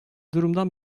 durumdan